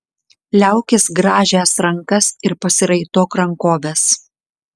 liaukis grąžęs rankas ir pasiraitok rankoves